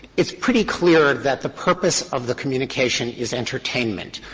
it's pretty clear that the purpose of the communication is entertainment.